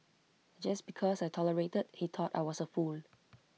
just because I tolerated he thought I was A fool